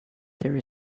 there